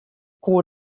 koe